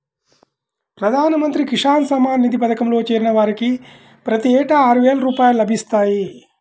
ప్రధాన మంత్రి కిసాన్ సమ్మాన్ నిధి పథకంలో చేరిన వారికి ప్రతి ఏటా ఆరువేల రూపాయలు లభిస్తాయి